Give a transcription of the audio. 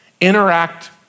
interact